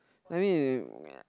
I mean